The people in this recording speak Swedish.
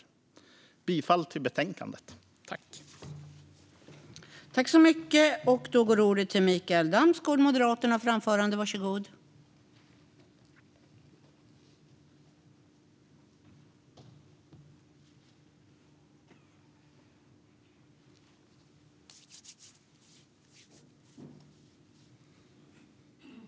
Jag yrkar bifall till utskottets förslag i betänkandet.